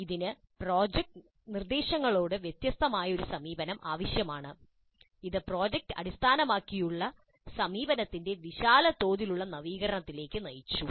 ഇതിന് നിർദ്ദേശങ്ങളോട് വ്യത്യസ്തമായ ഒരു സമീപനം ആവശ്യമാണ് ഇത് പ്രോജക്റ്റ് അടിസ്ഥാനമാക്കിയുള്ള സമീപനത്തിന്റെ വിശാലമായ തോതിലുള്ള നവീകരണത്തിലേക്ക് നയിച്ചു